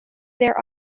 their